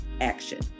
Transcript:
action